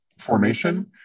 formation